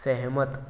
सहमत